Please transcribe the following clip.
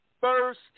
First